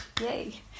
yay